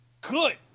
Good